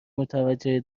متوجه